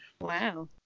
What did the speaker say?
Wow